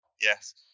Yes